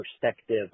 perspective